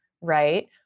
right